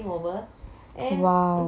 !wow!